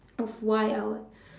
of why I would